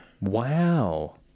Wow